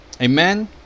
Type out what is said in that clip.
Amen